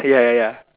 ya ya ya